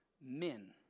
men